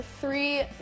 three